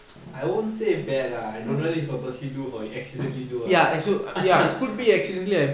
I won't say bad lah I don't know he purposely do or he accidentally do ah